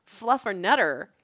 Fluffernutter